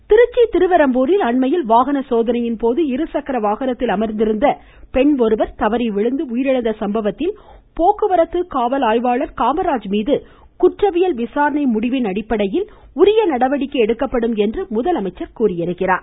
பே திருச்சி திருவெறும்பூரில் அண்மையில் வாகன சோதனையின் போது இருசக்கர வாகனத்தில் அமா்ந்திருந்த பெண் தவறி விழுந்து உயிரிழந்த சம்பவத்தில் போக்குவரத்து காவல் ஆய்வாளர் காமராஜ் மீது குற்றவியல் விசாரணை முடிவின் அடிப்படையில் தக்க நடவடிக்கை எடுக்கப்படும் என்று தெரிவித்துள்ளார்